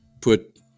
put